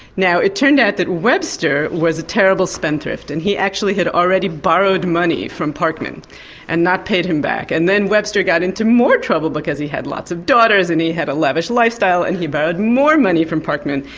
now it turned out that webster was a terrible spendthrift and he actually had already borrowed money from parkman and not paid him back. and then webster got into more trouble because he had lots of daughters and he had a lavish lifestyle and he borrowed more money from parkman.